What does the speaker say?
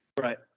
Right